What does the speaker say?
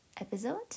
episode